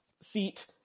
seat